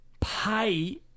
pay